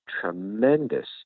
tremendous